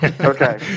Okay